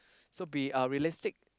so be uh realistic